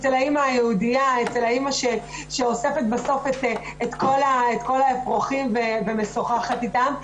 אצל האימא היהודייה שאוספת בסוף את כל האפרוחים ומשוחחת איתם.